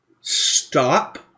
Stop